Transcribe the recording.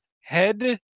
head